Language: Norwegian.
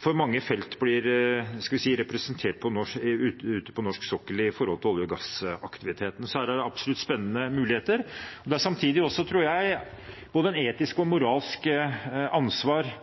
som mange felt representerer ute på norsk sokkel innen olje- og gassaktiviteten. Så det er absolutt spennende muligheter. Det er samtidig også, tror jeg, både en etisk og moralsk plikt å ta ansvar